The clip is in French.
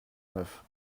neuf